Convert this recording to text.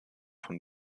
von